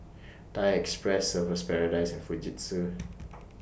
Thai Express Surfer's Paradise and Fujitsu